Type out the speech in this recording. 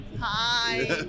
Hi